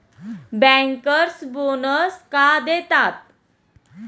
Bankers bonus का देतात?